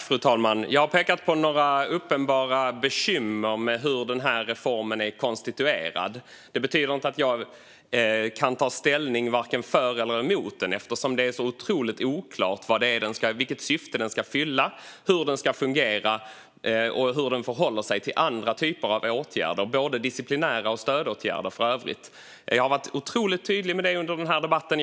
Fru talman! Jag har pekat på några uppenbara bekymmer med hur den här reformen är konstituerad. Det betyder inte att jag kan ta ställning vare sig för eller emot den, eftersom det är så oklart vilket syfte den ska fylla, hur den ska fungera och hur den förhåller sig till andra typer av åtgärder, både disciplinära åtgärder och stödåtgärder. Jag har varit otroligt tydlig med det under den här debatten.